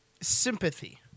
sympathy